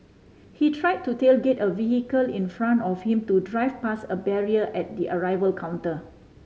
he tried to tailgate a vehicle in front of him to drive past a barrier at the arrival counter